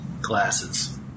Glasses